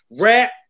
rap